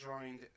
joined